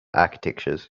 architectures